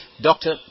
Doctor